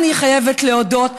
אני חייבת להודות,